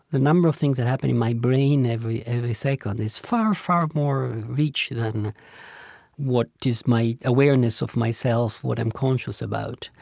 the number of things that happen in my brain every every second is far, far more rich than what is my awareness of myself, what i'm conscious about.